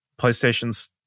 PlayStation's